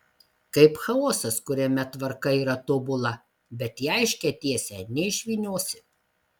kaip chaosas kuriame tvarka yra tobula bet į aiškią tiesę neišvyniosi